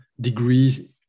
degrees